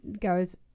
goes